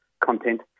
content